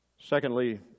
Secondly